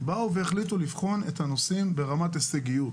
באו והחליטו לבחון את הנושאים ברמת הישגיות.